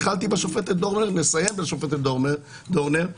התחלתי בשופטת דורנר ואסיים בשופטת דורנר.